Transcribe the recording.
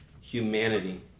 humanity